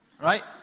right